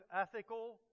ethical